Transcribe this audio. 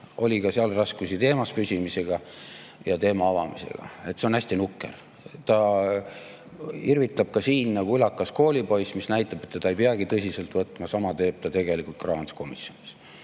oli ka komisjonis raskusi teemas püsimisega ja teema avamisega. See on hästi nukker. Ta irvitab ka siin nagu ulakas koolipoiss, mis näitab, et teda ei peagi tõsiselt võtma. Sama teeb ta tegelikult ka rahanduskomisjonis.